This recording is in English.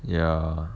ya